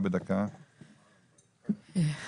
מארגון בית חם.